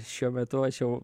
šiuo metu aš jau